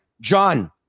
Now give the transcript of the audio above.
John